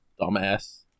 Dumbass